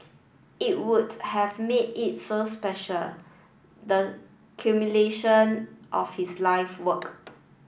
it would have made it so special the culmination of his life work